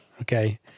Okay